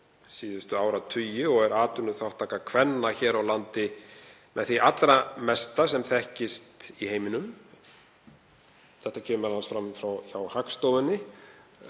síðustu áratugi og er atvinnuþátttaka kvenna hér á landi með því allra mesta sem þekkist í heiminum. Þetta kom m.a. fram hjá Hagstofunni